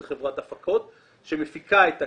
זו חברת הפקות שמפיקה את הכנס.